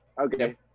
Okay